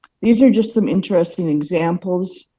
these are just some interesting examples